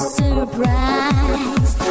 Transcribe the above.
surprise